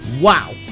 Wow